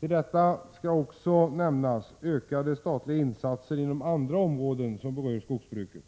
Utöver detta skall ockå nämnas ökade statliga insatser inom andra områden som berör skogsbruket.